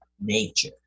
nature